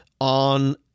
on